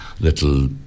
little